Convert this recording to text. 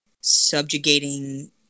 subjugating